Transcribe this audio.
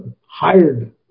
hired